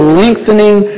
lengthening